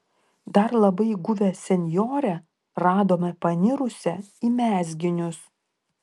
dar labai guvią senjorę radome panirusią į mezginius